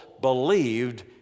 believed